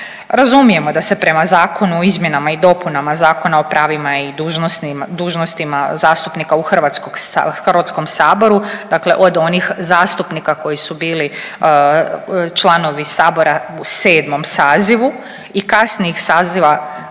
Razumijemo da se prema Zakonu o izmjenama i dopunama Zakona o pravima i dužnostima zastupnika u HS-u, dakle od onih zastupnika koji su bili članovi Sabora u 7. sazivu i kasnijih saziva